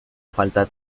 falta